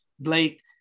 Blake